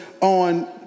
on